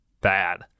bad